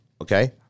okay